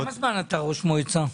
כמה זמן אתה ראש מועצה?